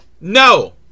No